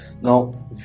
Now